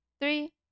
three